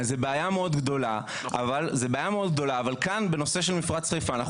זו בעיה מאוד גדולה אבל כאן בנושא של מפרץ חיפה אנחנו